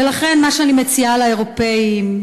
לכן, מה שאני מציעה לאירופים: